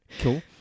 Cool